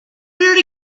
reared